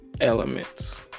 elements